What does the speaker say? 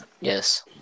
Yes